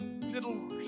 little